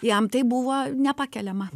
jam tai buvo nepakeliama